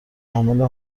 عامل